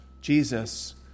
Jesus